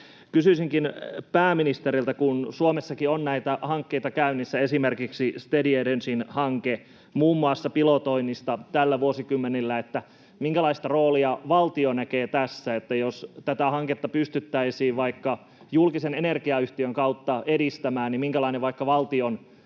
Kysyisinkin pääministeriltä: Kun Suomessakin on näitä hankkeita käynnissä, esimerkiksi muun muassa Steady Energyn hanke pilotoinnista tällä vuosikymmenellä, minkälaista roolia valtio näkee tässä? Jos tätä hanketta pystyttäisiin vaikka julkisen energiayhtiön kautta edistämään, niin minkälainen vaikka valtion